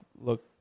look